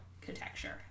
architecture